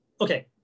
okay